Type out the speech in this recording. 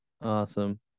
Awesome